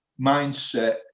mindset